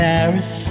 Paris